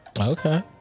Okay